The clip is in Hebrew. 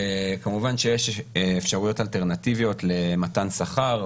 כמובן שיש אפשרויות אלטרנטיביות למתן שכר,